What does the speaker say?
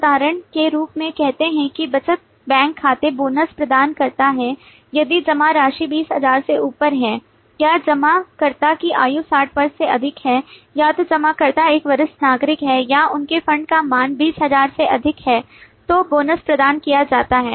उदाहरण के रूप में कहते हैं कि बचत बैंक खाता बोनस प्रदान करता है यदि जमा राशि 20000 से ऊपर है या जमाकर्ता की आयु 60 वर्ष से अधिक है या तो जमाकर्ता एक वरिष्ठ नागरिक है या उनके फंड का मान 20000 से अधिक है तो बोनस प्रदान किया जाता है